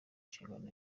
inshingano